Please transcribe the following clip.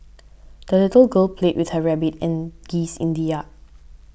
the little girl played with her rabbit and geese in the yard